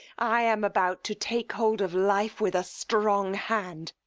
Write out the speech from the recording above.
i am about to take hold of life with a strong hand.